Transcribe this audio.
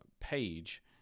page